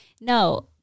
no